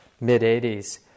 mid-80s